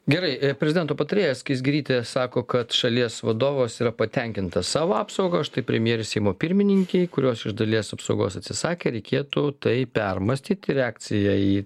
gerai prezidento patarėja skaisgirytė sako kad šalies vadovas yra patenkintas savo apsauga o štai premjerei seimo pirmininkei kurios iš dalies apsaugos atsisakė reikėtų tai permąstyti reakciją į